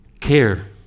care